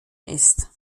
ist